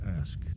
ask